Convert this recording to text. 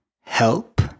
help